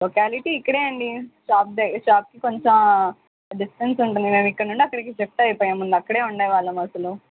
locality ఇక్కడే అండి షాప్ది షాప్కి కొంచెం డిస్టెన్స్ ఉంటుంది మేము ఇక్కడ నుండి అక్కడికి షిఫ్ట్ అయిపోయాం ముందు అక్కడే ఉండే వాళ్ళం అసలు